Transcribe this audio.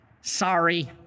sorry